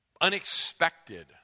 unexpected